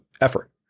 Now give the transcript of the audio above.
effort